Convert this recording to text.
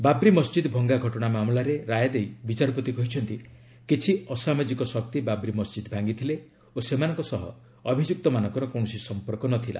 ବାବ୍ରି ମସ୍ଜିଦ୍ ଭଙ୍ଗା ଘଟଣା ମାମଲାରେ ରାୟ ଦେଇ ବିଚାରପତି କହିଛନ୍ତି କିଛି ଅସାମାଜିକ ଶକ୍ତି ବାବ୍ରି ମସ୍ଜିଦ୍ ଭାଙ୍ଗିଥିଲେ ଓ ସେମାନଙ୍କ ସହ ଅଭିଯୁକ୍ତମାନଙ୍କର କୌଣସି ସମ୍ପର୍କ ନ ଥିଲା